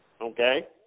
Okay